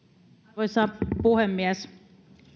arvoisa puhemies